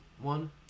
one